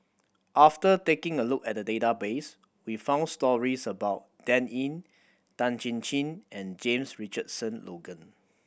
after taking a look at the database we found stories about Dan Ying Tan Chin Chin and James Richardson Logan